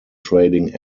trading